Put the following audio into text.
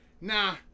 Nah